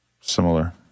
Similar